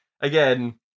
Again